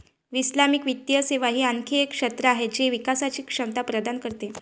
Islamic वित्तीय सेवा ही आणखी एक क्षेत्र आहे जी विकासची क्षमता प्रदान करते